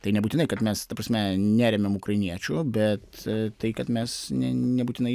tai nebūtinai kad mes ta prasme neremiam ukrainiečių bet tai kad mes ne nebūtinai